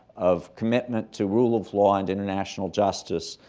of commitment to rule of law and international justice,